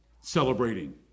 celebrating